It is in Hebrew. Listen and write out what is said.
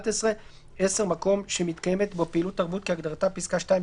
(11); (10) מקום שמתקיימת בו פעילות תרבות כהגדרתה בפסקה (2),